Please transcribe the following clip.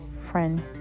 friend